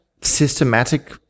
systematic